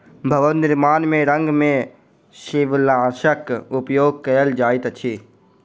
भवन निर्माण में रंग में शिवालनाशक उपयोग कयल जाइत अछि